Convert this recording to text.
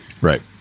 Right